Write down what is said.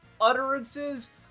utterances